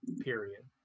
period